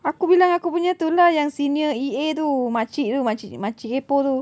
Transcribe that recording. aku bilang aku punya tu lah yang senior E_A tu makcik tu makcik makcik kaypoh tu